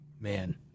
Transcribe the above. man